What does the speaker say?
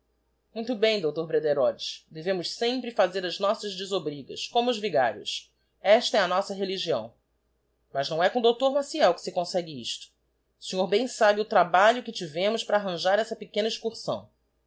muito bem dr brederodes devemos sempre fazer as nossas desobrigas como os vigários esta é a nossa religião mas não é com o dr maciel que se consegue isto o sr bem sabe o trabalho que tivemos para arranjar esta pequena excursão